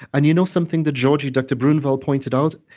and you know something that georgie, dr. bruinvels, pointed out?